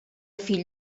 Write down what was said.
fill